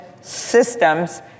systems